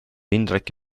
indrek